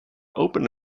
open